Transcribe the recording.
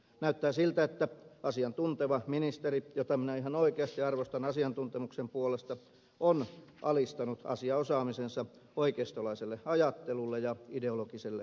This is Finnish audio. näyttää siltä että asiantunteva ministeri jota minä ihan oikeasti arvostan asiantuntemuksen puolesta on alistanut asiaosaamisensa oikeistolaiselle ajattelulle ja ideologiselle vyörytykselle